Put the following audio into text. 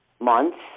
months